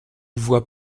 voyais